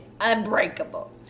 unbreakable